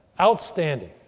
outstanding